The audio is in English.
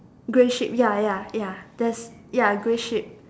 grey sheep ya ya ya that's ya grey sheep